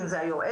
אם זו היועצת,